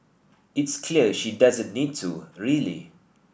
it's clear she doesn't need to really